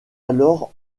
alors